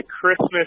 Christmas